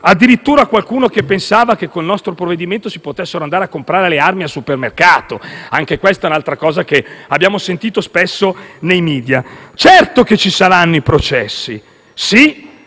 Addirittura, qualcuno pensava che con il nostro provvedimento si potessero andare a comprare le armi al supermercato, altra cosa che abbiamo sentito spesso affermare dai *media*. Certo che ci saranno i processi, con